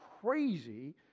crazy